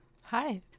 Hi